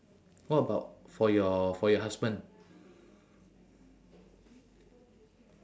what about for your for your husband